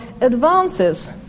advances